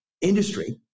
industry